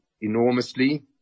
enormously